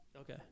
Okay